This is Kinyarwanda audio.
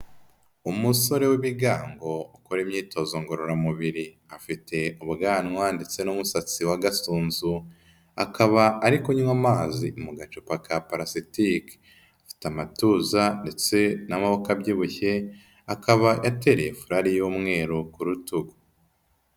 Umusore w'ibigango ukora imyitozo ngororamubiri, afite ubwanwa ndetse n'umusatsi wa gasunzu, akaba ari kunywa amazi mu gacupa ka parasitike, afite amatuza ndetse n'amaboko abyibushye, akaba yatereye furari y'umweru ku rutugu.